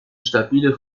stabile